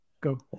Go